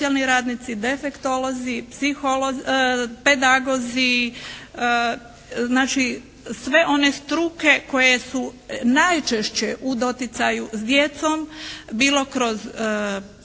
sve one struke koje su najčešće u doticaju s djecom bilo kroz